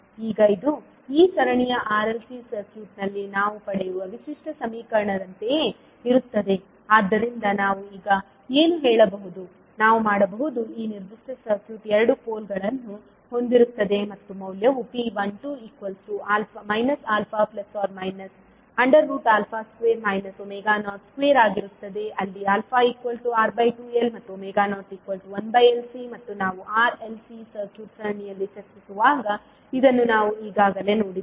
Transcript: ಈಗ ಇದು ಈ ಸರಣಿಯ RLC ಸರ್ಕ್ಯೂಟ್ನಲ್ಲಿ ನಾವು ಪಡೆಯುವ ವಿಶಿಷ್ಟ ಸಮೀಕರಣದಂತೆಯೇ ಇರುತ್ತದೆ ಆದ್ದರಿಂದ ನಾವು ಈಗ ಏನು ಹೇಳಬಹುದು ನಾವು ಮಾಡಬಹುದು ಈ ನಿರ್ದಿಷ್ಟ ಸರ್ಕ್ಯೂಟ್ ಎರಡು ಪೋಲ್ಗಳನ್ನು ಹೊಂದಿರುತ್ತದೆ ಮತ್ತು ಮೌಲ್ಯವು p12 α±2 02 ಆಗಿರುತ್ತದೆ ಅಲ್ಲಿ αR2L ಮತ್ತು 01LC ಮತ್ತು ನಾವು r l c ಸರ್ಕ್ಯೂಟ್ ಸರಣಿಯನ್ನು ಚರ್ಚಿಸುವಾಗ ಇದನ್ನು ನಾವು ಈಗಾಗಲೇ ನೋಡಿದ್ದೇವೆ